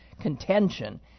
contention